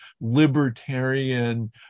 libertarian